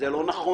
זה לא נכון,